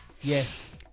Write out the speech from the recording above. Yes